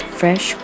fresh